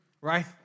right